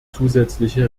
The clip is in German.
zusätzliche